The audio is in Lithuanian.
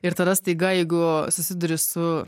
ir tada staiga jeigu susiduri su